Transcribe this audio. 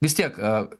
vis tiek